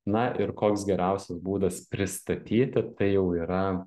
na ir koks geriausias būdas pristatyti tai jau yra